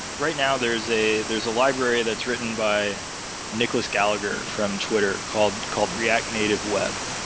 right now, there's a there's a library that's written by nicholas gallagher from twitter called called react native web,